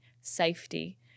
safety